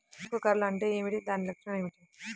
ఆకు కర్ల్ అంటే ఏమిటి? దాని లక్షణాలు ఏమిటి?